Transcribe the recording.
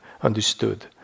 understood